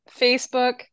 Facebook